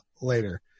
later